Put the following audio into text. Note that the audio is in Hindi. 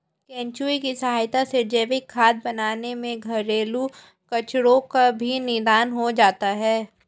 केंचुए की सहायता से जैविक खाद बनाने में घरेलू कचरो का भी निदान हो जाता है